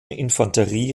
infanterie